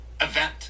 event